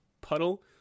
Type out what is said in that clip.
puddle